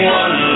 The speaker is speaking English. one